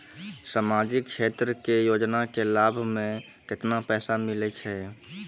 समाजिक क्षेत्र के योजना के लाभ मे केतना पैसा मिलै छै?